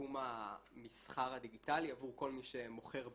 בתחום המסחר הדיגיטלי עבור כל מי שמוכר באיביי,